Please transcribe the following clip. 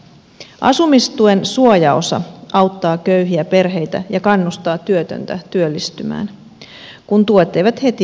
asumistuen suojaosa auttaa köyhiä perheitä ja kannustaa työtöntä työllistymään kun tuet eivät heti heikkene